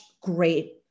great